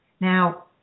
Now